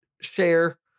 share